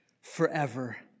forever